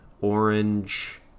orange